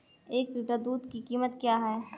एक लीटर दूध की कीमत क्या है?